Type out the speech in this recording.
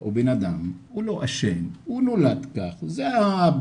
הוא בנאדם, הוא לא אשם הוא נולד כך זה הביולוגיה,